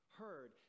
heard